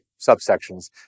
subsections